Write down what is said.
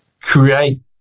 create